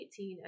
2018